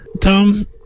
Tom